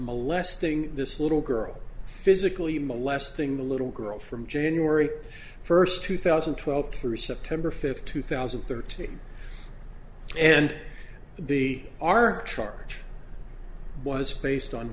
molesting this little girl physically molesting the little girl from january first two thousand and twelve through september fifth two thousand and thirteen and the our charge was based on